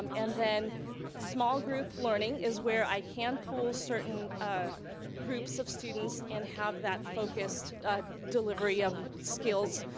um and then small group learning is where i can pool certain ah groups of students and have that focused delivery of skills,